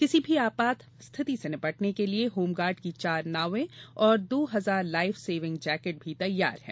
किसी भी आपात स्थिति से निपटने के लिये होमगार्ड की चार नायें तथा दो हजार लाईफ सेविंग जैकेट भी तैयार हैं